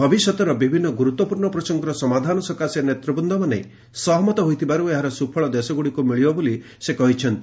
ଭବିଷ୍ୟତର ବିଭିନ୍ନ ଗୁରୁତ୍ୱପୂର୍ଣ୍ଣ ପ୍ରସଙ୍ଗର ସମାଧାନ ସକାଶେ ନେତୃବୃନ୍ଦମାନେ ସହମତ ହୋଇଥିବାରୁ ଏହାର ସୁଫଳ ଦେଶଗୁଡ଼ିକୁ ମିଳିବ ବୋଲି ସେ କହିଛନ୍ତି